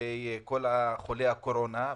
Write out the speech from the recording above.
בכל חולי הקורונה.